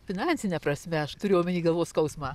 finansine prasme aš turiu omeny galvos skausmą